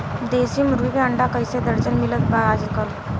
देशी मुर्गी के अंडा कइसे दर्जन मिलत बा आज कल?